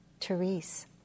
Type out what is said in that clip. Therese